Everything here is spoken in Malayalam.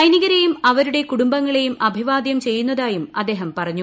സൈനികരെയും അവരുടെ കുടുംബങ്ങളെയും അഭിവാദ്യം ചെയ്യുന്നതായും അദ്ദേഹം പറഞ്ഞു